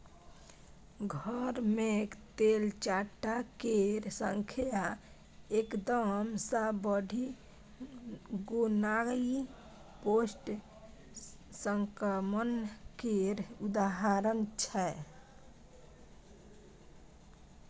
घर मे तेलचट्टा केर संख्या एकदम सँ बढ़ि गेनाइ पेस्ट संक्रमण केर उदाहरण छै